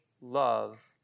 love